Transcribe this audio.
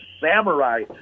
samurai